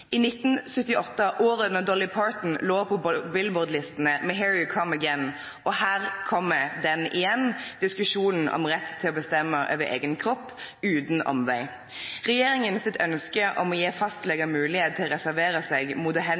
1978 var året da Dolly Parton lå på Billboard-listene med «Here you come again», og her kommer den igjen, diskusjonen om retten til å bestemme over egen kropp – uten omvei. Regjeringens ønske om å gi fastleger mulighet til å reservere seg mot